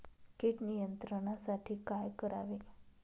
कीड नियंत्रणासाठी काय करावे?